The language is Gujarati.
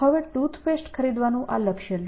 હવે ટૂથ પેસ્ટ ખરીદવાનું આ લક્ષ્ય લો